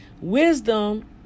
Wisdom